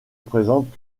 présente